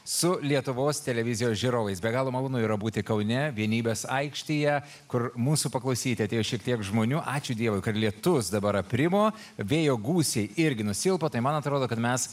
su lietuvos televizijos žiūrovais be galo malonu yra būti kaune vienybės aikštėje kur mūsų paklausyti atėjo šiek tiek žmonių ačiū dievui kad lietus dabar aprimo vėjo gūsiai irgi nusilpo tai man atrodo kad mes